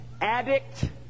addict